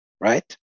right